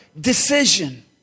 decision